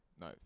No